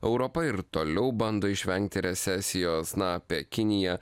europa ir toliau bando išvengti recesijos na apie kiniją